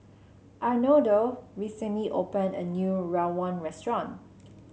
Arnoldo recently opened a new Rawon restaurant